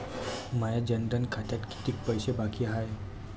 माया जनधन खात्यात कितीक पैसे बाकी हाय?